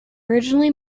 originally